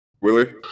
Willie